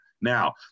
Now